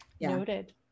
Noted